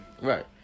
right